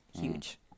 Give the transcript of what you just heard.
huge